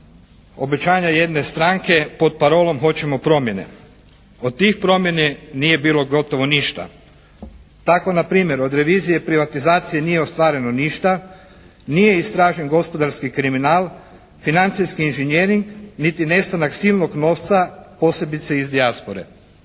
obećanja jedne stranke pod parolom: "Hoćemo promjene.". Od tih promjena nije bilo gotovo ništa. Tako na primjer, od revizije privatizacije nije ostvareno ništa, nije istražen gospodarski kriminal, financijski inžinjering niti nestanak silnog novca, posebice iz dijaspore.